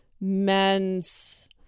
men's